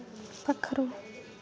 पक्खरू